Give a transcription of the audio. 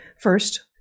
First